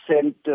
sent